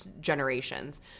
generations